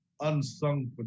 unsung